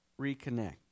reconnect